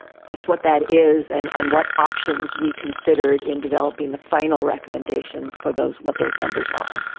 just what that is? and and what options we considered in developing the final recommendations for those what those numbers are.